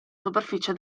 superficie